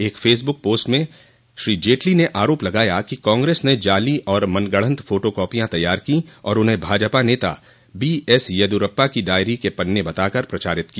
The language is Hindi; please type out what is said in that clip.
एक फेसबुक पोस्ट में श्री जेटली ने आरोप लगाया कि कांग्रेस ने जाली और मनगढंत फोटो कॉपियां तैयार की और उन्हं भाजपा नता बी एस येदियुरप्पा की डायरी के पन्ने बताकर प्रचारित किया